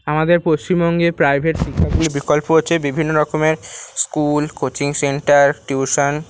আমাদের পচিমবঙ্গের প্রাইভেট গুলির বিকল্প হচ্ছে বিভিন্ন রকমের স্কুল কোচিং সেন্টার টিউশান